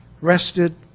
rested